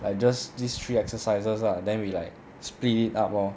like just these three exercises lah then we like split it up lor